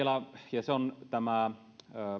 ja